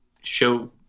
show